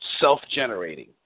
self-generating